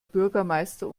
bürgermeister